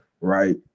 right